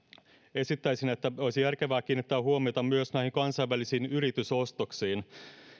esittäisin että olisi järkevää kiinnittää huomiota myös kansainvälisiin yritysostoksiin